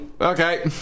Okay